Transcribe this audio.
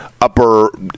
upper